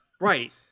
Right